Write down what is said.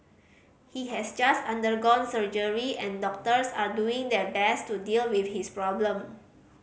he has just undergone surgery and doctors are doing their best to deal with his problem